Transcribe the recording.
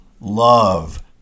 love